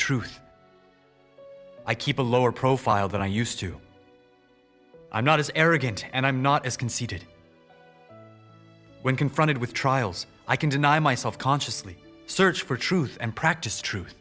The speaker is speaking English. truth i keep a lower profile than i used to i'm not as arrogant and i'm not as conceited when confronted with trials i can deny myself consciously search for truth and practice truth